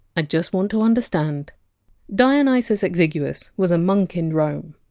i just want to understand dionysus exiguus was a monk in rome.